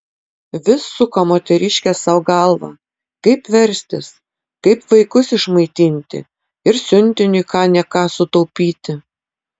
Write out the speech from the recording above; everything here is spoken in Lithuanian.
vis suko moteriškė sau galvą kaip verstis kaip vaikus išmaitinti ir siuntiniui ką ne ką sutaupyti